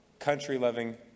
country-loving